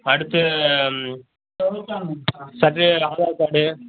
அடுத்து ஆதார் கார்டு